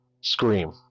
Scream